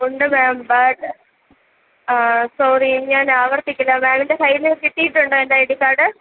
ഉണ്ട് ma'am but sorry ഞാനാവർത്തിക്കില്ല മേമിൻ്റെ കയ്യിൽ നിന്നു കിട്ടിയിട്ടുണ്ടോ എൻ്റെ ഐ ഡി കാർഡ്